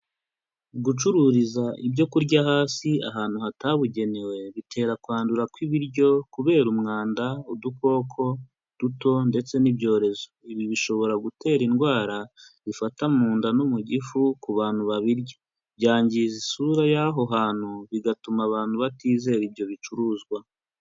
Gucururiza ibyo kurya hasi ahantu hatabugenewe bitera kwandura kw'ibiryo kubera umwanda udukoko duto ndetse n'ibyorezo, ibi bishobora gutera indwara zifata mu nda no mu gifu ku bantu babirya, byangiza isura y'aho hantu, bigatuma abantu batizera ibyo bicuruzwa.